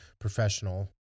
professional